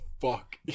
fuck